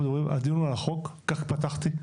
הדיון הוא על החוק, כך פתחתי.